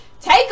Take